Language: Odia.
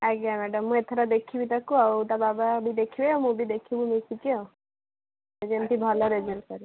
ଆଜ୍ଞା ମ୍ୟାଡ଼ାମ ମୁଁ ଏଥର ଦେଖିବି ତାକୁ ଆଉ ତା ବାବା ବି ଦେଖିବେ ମୁଁ ବି ଦେଖିବୁ ମିଶିକି ଆଉ ଯେମିତି ଭଲ ରେଜଲ୍ଟ କରିବ